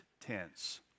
tense